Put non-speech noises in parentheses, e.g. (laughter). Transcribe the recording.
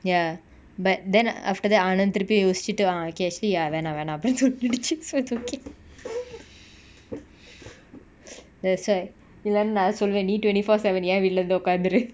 ya but then after that ananth திருப்பி யோசிச்சிட்டு:thirupi yosichitu ah okay actually ah வேணா வேணா அப்டினு சொல்லி நெனச்சு:vena vena apdinu solli nenachu so it's okay (breath) that's why இல்லனா நா சொல்லுவ நீ:illana na solluva nee twenty four seven eh வீட்ல வந்து உக்காந்திரு:veetla vanthu ukkanthiru